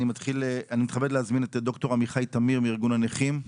אני מתכבד להזמין את ד"ר עמיחי תמיר מארגון הנכים.